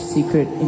Secret